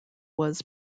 was